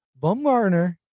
Bumgarner